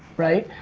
right?